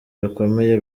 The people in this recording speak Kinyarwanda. bikomeye